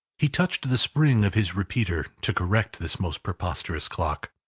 he touched the spring of his repeater, to correct this most preposterous clock.